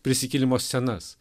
prisikėlimo scenas